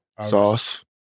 Sauce